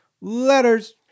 Letters